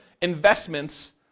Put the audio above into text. investments